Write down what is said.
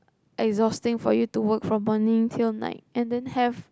exhausting for you to work from morning till night and then have